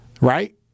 right